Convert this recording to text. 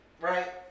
right